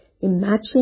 imagine